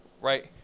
right